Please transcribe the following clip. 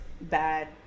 bad